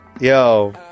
Yo